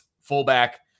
fullback